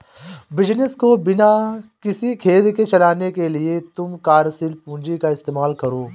business को बिना किसी खेद के चलाने के लिए तुम कार्यशील पूंजी का इस्तेमाल करो